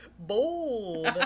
Bold